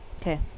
Okay